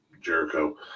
Jericho